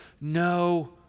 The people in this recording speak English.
no